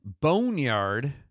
Boneyard